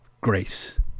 grace